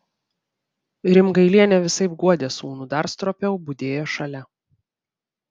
rimgailienė visaip guodė sūnų dar stropiau budėjo šalia